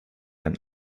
ein